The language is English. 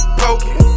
poking